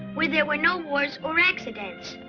where there were no wars or accidents.